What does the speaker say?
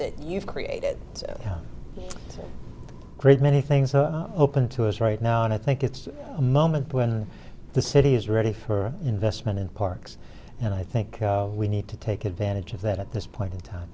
that you've created a great many things up open to us right now and i think it's a moment when the city is ready for investment in parks and i think we need to take advantage of that at this point in time